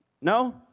No